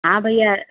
हाँ भैया